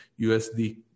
USD